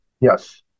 Yes